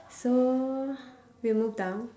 so we move down